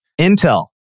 Intel